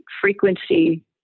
frequency